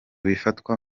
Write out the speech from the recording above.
bifatwa